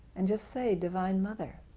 and just say, divine mother.